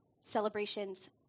celebrations